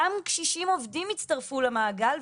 גם קשישים עובדים יצטרפו למעגל,